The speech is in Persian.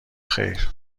خیر